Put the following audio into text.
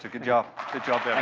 ah good job. good job, devon.